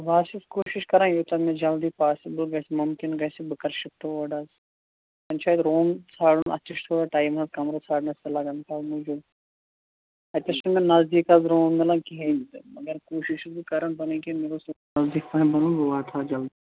بہٕ حظ چھُس کوٗشِش کَران یوٗتاہ مےٚ جَلدی پاسبٕل گَژھِ مُمکِن گَژھِ بہٕ کرٕ شِفٹہٕ اور حظ وۅنۍ چھُ اَتہِ روٗم ژھانٛڈُن اَتھ تہِ چھُ تھوڑا ٹایم لَگان کَمرس ژھانٛڈنَس لَگان ٹایمٕے حظ اتنَس چھُنہٕ مےٚ نٔزدیٖک حظ روٗم میلان کِہیٖنٛۍ تہِ مگر کوٗشِش چھُس بہٕ کَران پَنٕنۍ کِنۍ بہٕ واتہٕ ہا جَلدی